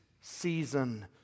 season